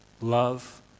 love